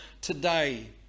today